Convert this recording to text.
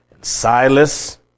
Silas